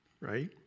right